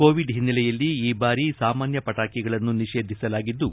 Covid ಹಿನ್ನೆಲೆಯಲ್ಲಿ ಈ ಬಾರಿ ಸಾಮಾನ್ಯ ಪಟಾಕಿಗಳನ್ನು ನಿಷೇಧಿಸಲಾಗಿದ್ದು